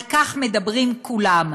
על כך מדברים כולם.